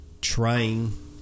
trying